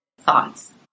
thoughts